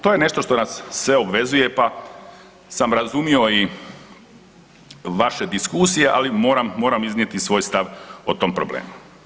To je nešto što nas sve obvezuje pa sam razumio i vaše diskusije, ali moram, moram iznijeti svoj stav o tom problemu.